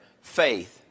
faith